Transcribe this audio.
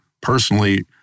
personally